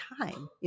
time